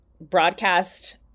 broadcast